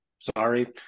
sorry